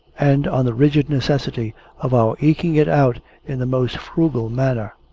and on the rigid necessity of our eking it out in the most frugal manner.